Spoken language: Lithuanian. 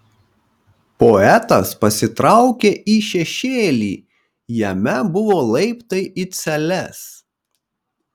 poetas pasitraukė į šešėlį jame buvo laiptai į celes